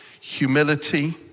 humility